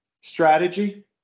strategy